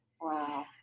Wow